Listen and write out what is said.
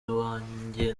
iwanjye